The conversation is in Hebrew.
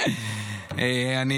תודה רבה.